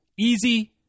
easy